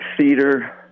theater